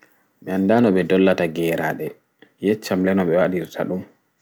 Mi anɗa no ɓe ɗollata geraaɗe yeccam le no ɓe waɗirta ɗum